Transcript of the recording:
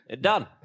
Done